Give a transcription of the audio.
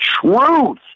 truth